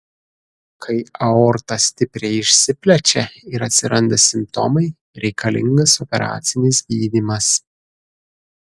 kai aorta stipriai išsiplečia ir atsiranda simptomai reikalingas operacinis gydymas